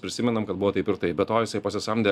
prisimenam kad buvo taip ir taip be to jisai pasisamdė